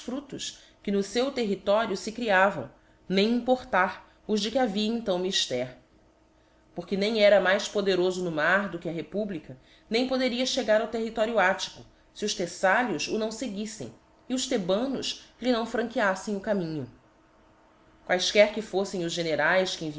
fruclos que no feu território fe creaoi nem importar os de que havia então mifter pornem era mais poderofo no mar do que a republica poderia chegar ao território attico fe os theflalios áo feguiítem e os thebanos lhe não franqueaffem o íiinho quaefquer que foflem os generaes que